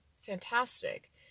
fantastic